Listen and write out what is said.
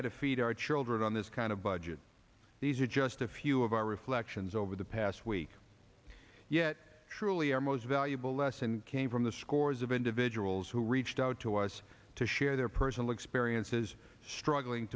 had to feed our children on this kind of budget these are just a few of our reflections over the past week yet truly our most valuable lesson came from the scores of individuals who reached out to us to share their personal experiences struggling